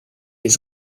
les